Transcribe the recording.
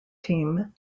team